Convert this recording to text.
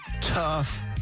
tough